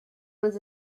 was